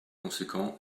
conséquent